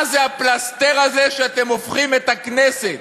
מה זה הפלסתר הזה שאתם הופכים את הכנסת?